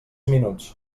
minuts